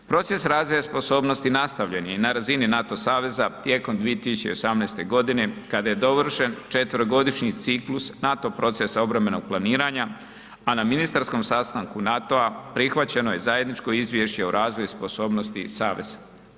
Proces razvoja sposobnosti nastavljen je na razini NATO saveza tijekom 2018. g. kada je dovršen četverogodišnji ciklus NATO procesa obrambenog planiranja a na ministarskom sastanku NATO-a prihvaćeno je zajedničko izvješće o razvoju sposobnosti saveza.